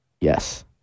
Yes